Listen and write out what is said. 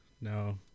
no